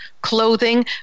clothing